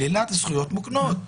שלילת זכויות מוקנות.